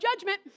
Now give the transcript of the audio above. judgment